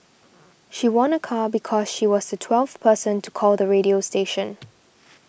she won a car because she was the twelfth person to call the radio station